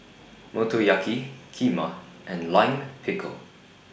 Motoyaki Kheema and Lime Pickle